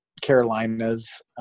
Carolinas